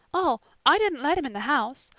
oh, i didn't let him in the house.